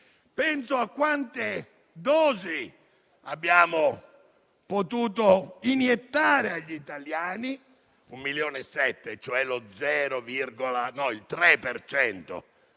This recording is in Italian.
penso a quante dosi abbiamo potuto iniettare agli italiani: 1,7 milioni, cioè al 3